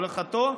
הולכתו,